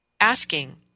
asking